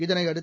இதனையடுத்து